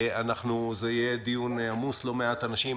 זה יהיה דיון עמוס עם לא מעט אנשים.